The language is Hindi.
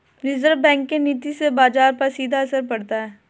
रिज़र्व बैंक के नीति से बाजार पर सीधा असर पड़ता है